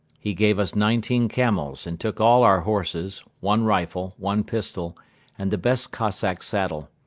he gave us nineteen camels and took all our horses, one rifle, one pistol and the best cossack saddle.